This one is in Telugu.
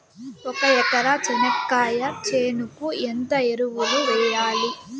ఒక ఎకరా చెనక్కాయ చేనుకు ఎంత ఎరువులు వెయ్యాలి?